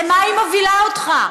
למה היא מובילה אותך?